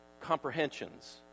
comprehensions